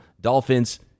Dolphins